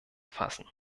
fassen